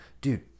Dude